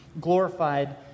glorified